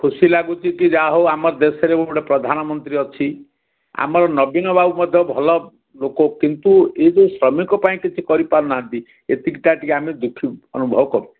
ଖୁସି ଲାଗୁଛି କି ଯା ହେଉ ଆମ ଦେଶରେ ଗୋଟେ ପ୍ରଧାନମନ୍ତ୍ରୀ ଅଛି ଆମର ନବୀନ ବାବୁ ମଧ୍ୟ ଭଲ ଲୋକ କିନ୍ତୁ ଏ ଯେଉଁ ଶ୍ରମିକ ପାଇଁ କିଛି କରିପାରୁ ନାହାଁନ୍ତି ଏତିକିଟା ଟିକେ ଆମେ ଦୁଃଖୀ ଅନୁଭବ କରୁଛୁ